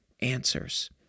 answers